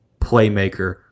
playmaker